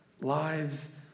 lives